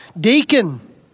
Deacon